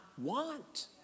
want